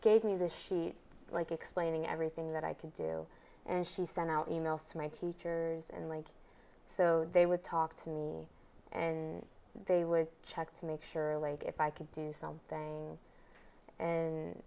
gave me the sheet like explaining everything that i could do and she sent out e mails to my teachers and like so they would talk to me and they would check to make sure like if i could do something